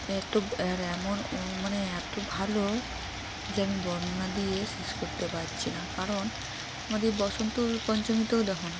এত আর এমনও মানে এত ভালো যে আমি বর্ণনা দিয়ে শেষ করতে পারছি না কারণ আমাদের বসন্ত পঞ্চমীতেও দেখ না